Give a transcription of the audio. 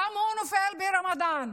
גם הוא נופל ברמדאן,